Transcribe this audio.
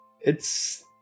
It's-